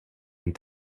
and